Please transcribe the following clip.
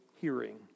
hearing